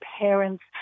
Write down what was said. parents